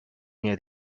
near